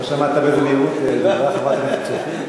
לא שמעת באיזו מהירות דיברה חברת הכנסת שפיר.